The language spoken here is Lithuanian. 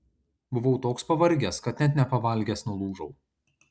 buvau toks pavargęs kad net nepavalgęs nulūžau